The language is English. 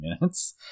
minutes